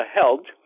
held